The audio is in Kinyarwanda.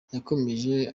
yakomeje